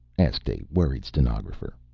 asked a worried stenographer.